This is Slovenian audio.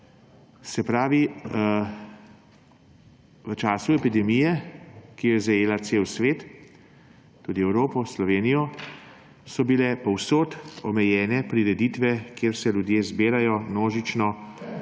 Se pravi, v času epidemije, ki je zajela cel svet, tudi Evropo, Slovenijo, so bile povsod omejene prireditve, kjer se ljudje zbirajo množično v